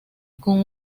con